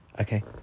okay